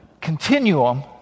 continuum